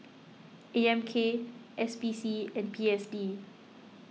A M K S P C and P S D